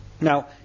Now